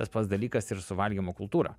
tas pats dalykas ir su valgymo kultūra